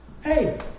Hey